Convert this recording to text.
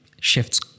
shifts